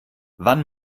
wann